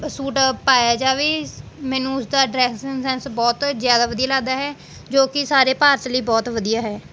suit ਪਾਇਆ ਜਾਵੇ ਮੈਨੂੰ ਉਸ ਦਾ ਡਰੈਸਿੰਗ ਸੈਂਸ ਬਹੁਤ ਜ਼ਿਆਦਾ ਵਧੀਆ ਲੱਗਦਾ ਹੈ ਜੋ ਕਿ ਸਾਰੇ ਭਾਰਤ ਲਈ ਬਹੁਤ ਵਧੀਆ ਹੈ